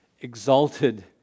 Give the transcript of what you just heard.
exalted